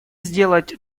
сделать